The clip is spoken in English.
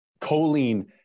choline